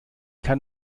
kann